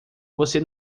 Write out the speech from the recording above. você